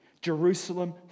Jerusalem